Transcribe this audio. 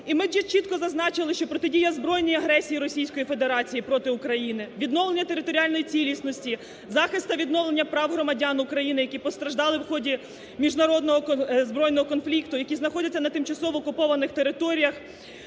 І ми чітко зазначили, що протидія збройній агресії Російської Федерації проти України, відновлення територіальній цілісності, захист та відновлення прав громадян України, які постраждали в ході міжнародного збройного конфлікту, які знаходяться на тимчасово окупованих територіях,